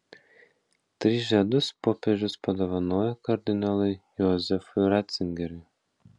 tris žiedus popiežius padovanojo kardinolui jozefui ratzingeriui